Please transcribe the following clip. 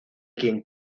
quien